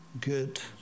good